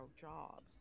jobs